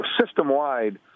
system-wide